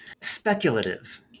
speculative